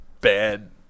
bad